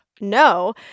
no